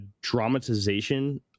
dramatization